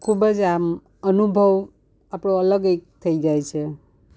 ખૂબ જ આમ અનુભવ આપણો અલગ એક થઈ જાય છે